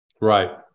Right